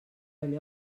allò